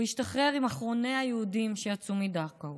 הוא השתחרר עם אחרוני היהודים שיצאו מדכאו.